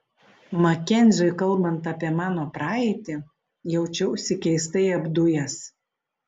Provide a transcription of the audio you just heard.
makenziui kalbant apie mano praeitį jaučiausi keistai apdujęs